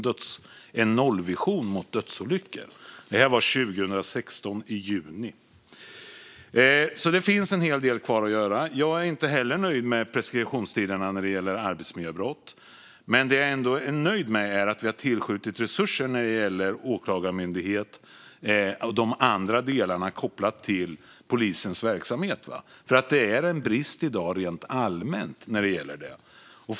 Det var i juni 2016. Det finns en hel del kvar att göra. Jag är inte heller nöjd med preskriptionstiderna när det gäller arbetsmiljöbrott. Men det jag ändå är nöjd med är att vi har tillskjutit resurser när det gäller åklagarmyndighet och de andra delarna kopplat till polisens verksamhet, för det finns en brist i dag rent allmänt när det gäller detta.